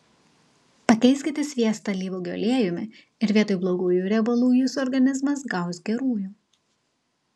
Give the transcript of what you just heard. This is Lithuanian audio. pakeiskite sviestą alyvuogių aliejumi ir vietoj blogųjų riebalų jūsų organizmas gaus gerųjų